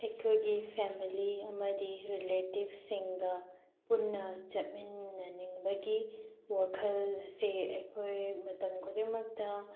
ꯑꯩꯈꯣꯏꯒꯤ ꯐꯦꯃꯂꯤ ꯑꯃꯗꯤ ꯔꯤꯂꯦꯇꯤꯚꯁꯤꯡꯒ ꯄꯨꯟꯅ ꯆꯠꯃꯤꯟꯅꯅꯤꯡꯕꯒꯤ ꯋꯥꯈꯜ ꯑꯁꯦ ꯑꯩꯈꯣꯏ ꯃꯇꯝ ꯈꯨꯗꯤꯡꯃꯛꯇ